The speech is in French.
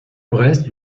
brest